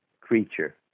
creature